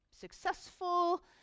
successful